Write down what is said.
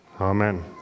Amen